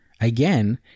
again